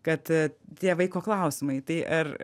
kad tie vaiko klausimai tai ar